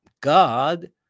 God